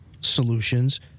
solutions